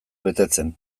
betetzen